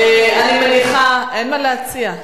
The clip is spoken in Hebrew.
אני מניחה, אין מה להציע.